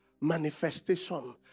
manifestation